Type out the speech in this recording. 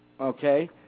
Okay